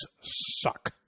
suck